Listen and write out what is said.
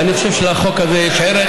ואני חושב שלחוק הזה יש ערך.